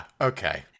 okay